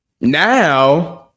Now